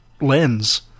lens